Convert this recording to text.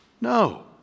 No